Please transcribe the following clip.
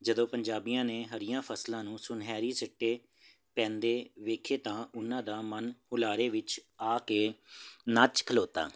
ਜਦੋਂ ਪੰਜਾਬੀਆਂ ਨੇ ਹਰੀਆਂ ਫ਼ਸਲਾਂ ਨੂੰ ਸੁਨਹਿਰੀ ਸਿੱਟੇ ਪੈਂਦੇ ਵੇਖੇ ਤਾਂ ਉਹਨਾਂ ਦਾ ਮਨ ਉਲਾਰੇ ਵਿੱਚ ਆ ਕੇ ਨੱਚ ਖਲੋਤਾ